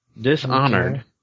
Dishonored